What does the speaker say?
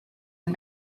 and